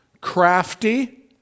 crafty